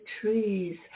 trees